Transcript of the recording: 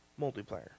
multiplayer